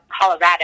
Colorado